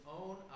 own